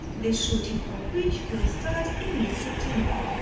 the shooting of which will start in mid-september.